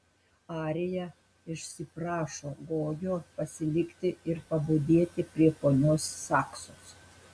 arija išsiprašo gogio pasilikti ir pabudėti prie ponios saksos